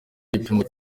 gipimo